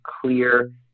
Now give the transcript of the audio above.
clear